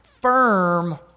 firm